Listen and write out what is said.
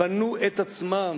בנו את עצמן,